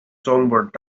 songbird